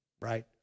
right